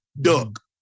duck